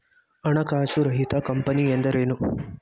ಹಣಕಾಸು ರಹಿತ ಕಂಪನಿ ಎಂದರೇನು?